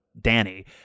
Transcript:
danny